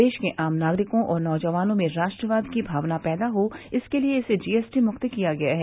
देश के आम नागरिकों और नौजवानों में राष्ट्रवाद की भावना पैदा हो इसके लिये इसे जीएसटी मुक्त किया गया है